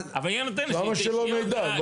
אבל היא הנותנת --- לא שלא נדע?